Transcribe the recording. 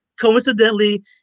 coincidentally